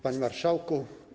Panie Marszałku!